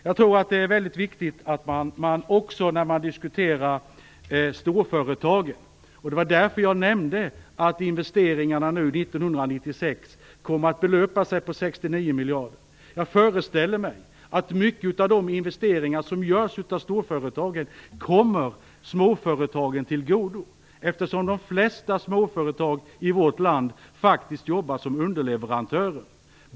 Jag nämnde att investeringarna nu 1996 kommer att belöpa sig på 69 miljarder. Jag föreställer mig att många av de investeringar som görs av storföretagen kommer småföretagen till godo eftersom de flesta småföretag i vårt land faktiskt jobbar som underleverantörer.